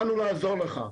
באנו לעזור לך.